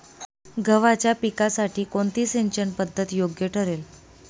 गव्हाच्या पिकासाठी कोणती सिंचन पद्धत योग्य ठरेल?